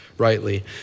rightly